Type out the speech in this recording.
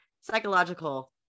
Psychological